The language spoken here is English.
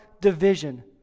division